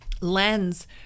lens